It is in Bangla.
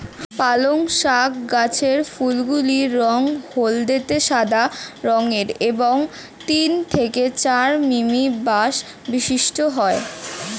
পালং শাক গাছের ফুলগুলি রঙ হলদেটে সাদা রঙের এবং তিন থেকে চার মিমি ব্যাস বিশিষ্ট হয়